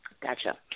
Gotcha